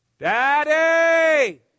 Daddy